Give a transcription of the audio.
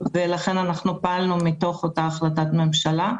ולכן פעלנו מתוך אותה החלטת ממשלה.